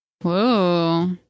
Whoa